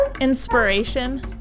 inspiration